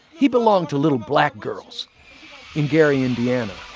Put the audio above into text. he belonged to little black girls in gary, ind, yeah